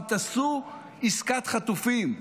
תעשו עסקת חטופים.